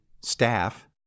staff